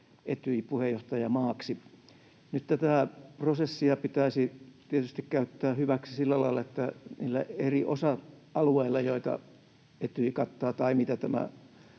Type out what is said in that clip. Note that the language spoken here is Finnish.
Etyj-puheenjohtajamaaksi. Nyt tätä prosessia pitäisi tietysti käyttää hyväksi sillä lailla, että niillä eri osa-alueilla, joita Etyj kattaa tai mitä tämä